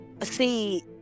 see